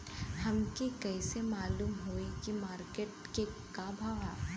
हमके कइसे मालूम होई की मार्केट के का भाव ह?